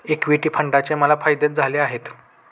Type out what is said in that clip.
equity फंडाचे मला फायदेच झालेले आहेत